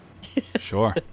Sure